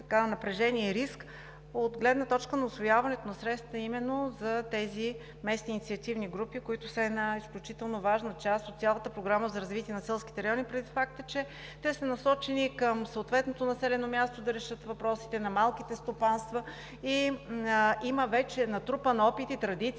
от гледна точка усвояването на средствата именно за тези местни инициативни групи, които са една изключително важна част от цялата Програма за развитие на селските райони, предвид факта, че те са насочени към съответното населено място да решат въпросите на малките стопанства и има вече натрупан опит и традиции